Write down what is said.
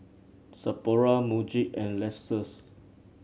Sephora Muji and Lexus